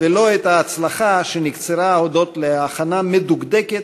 ולא את ההצלחה שנקצרה הודות להכנה מדוקדקת